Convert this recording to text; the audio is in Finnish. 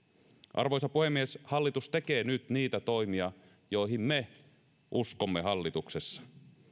arvoisa puhemies hallitus tekee nyt niitä toimia joihin me uskomme hallituksessa